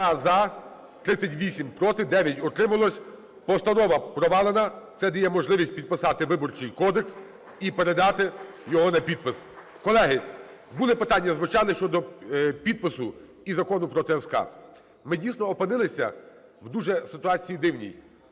2 – за. 38 – проти. 9 – утрималось. Постанова провалена. Це дає можливість підписати Виборчий кодекс і передати його на підпис. Колеги, були питання, звучали щодо підпису і Закону про ТСК. Ми, дійсно, опинилися в дуже ситуації дивній,